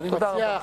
תודה רבה.